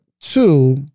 two